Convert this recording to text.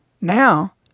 Now